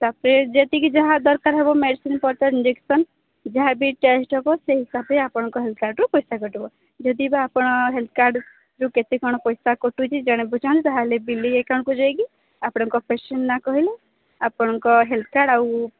ତାପରେ ଯେତିକି ଯାହା ଦରକାର ହବ ମେଡ଼ିସିନ ପତର ଇଞ୍ଜେକ୍ସନ୍ ଯାହା ବି ଚାର୍ଜ ହବ ସେଇ ହିସାବରେ ଆପଣଙ୍କ ହେଲ୍ଥ କାର୍ଡ଼ରୁ ପଇସା କଟିବ ଯଦି ବି ଆପଣ ହେଲ୍ଥ କାର୍ଡ଼ରୁ କେତେ କ'ଣ ପଇସା କଟୁଛି ଜାଣିବାକୁ ଚାହୁଁଛ ତାହେଲେ ବିଲ୍ ଆକାଉଣ୍ଟକୁ ଯାଇକି ଆପଣଙ୍କ ପେସେଣ୍ଟ ନା କହିଲେ ଆପଣଙ୍କ ହେଲ୍ଥ କାର୍ଡ଼ ଆଉ